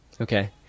okay